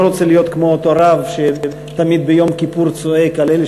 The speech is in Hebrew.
לא רוצה להיות כמו אותו רב שתמיד ביום כיפור צועק על אלה